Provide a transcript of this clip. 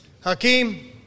Hakeem